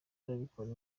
arabikora